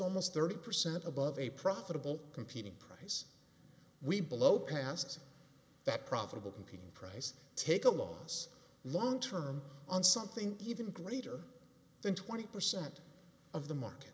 almost thirty percent above a profitable competing price we below passes that profitable competing price take a loss long term on something even greater than twenty percent of the market